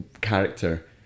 character